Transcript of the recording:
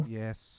yes